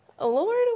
Lord